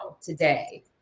today